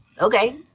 Okay